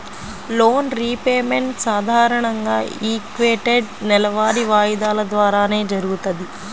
loan repayment సాధారణంగా equated నెలవారీ వాయిదాల ద్వారానే జరుగుతది